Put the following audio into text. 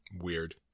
Weird